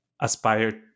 aspire